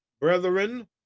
brethren